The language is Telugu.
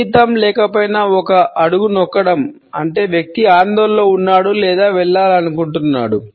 సంగీతం లేకపోయినా ఒక అడుగు నొక్కడం అంటే వ్యక్తి ఆందోళనలో ఉన్నాడు లేదా వెళ్ళాలనుకుంటున్నాడు